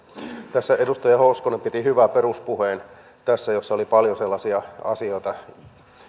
tässä edustaja hoskonen piti hyvän peruspuheen jossa oli paljon sellaisia asioita